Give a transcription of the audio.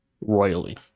Royally